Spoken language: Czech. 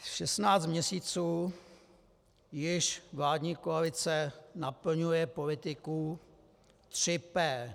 Šestnáct měsíců již vládní koalice naplňuje politiku tří pé.